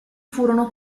furono